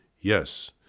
Yes